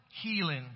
healing